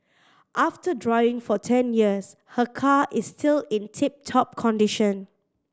after driving for ten years her car is still in tip top condition